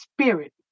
spirit